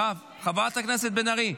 חברת הכנסת בן ארי,